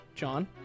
John